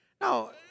Now